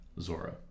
Zora